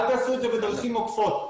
אל תעשו את זה בדרכים עוקפות.